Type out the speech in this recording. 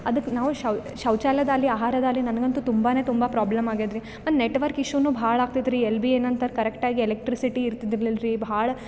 ಅದಕ್ಕೆ ನಾವು ಶೌಚಾಲಯದಾಲಿ ಆಹಾರದಾಲಿ ನನಗಂತೂ ತುಂಬಾ ತುಂಬ ಪ್ರಾಬ್ಲಮ್ ಆಗ್ಯಾದ ರೀ ಮತ್ತು ನೆಟ್ವರ್ಕ್ ಇಶ್ಯೂನು ಭಾಳ ಆಗ್ತೈತಿ ರೀ ಎಲ್ಲಿ ಬಿ ಏನಂತಾರೆ ಕರೆಕ್ಟಾಗಿ ಎಲೆಕ್ಟ್ರಿಸಿಟಿ ಇರ್ತಿದಿರ್ಲಿಲ್ರಿ ಭಾಳ